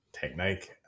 technique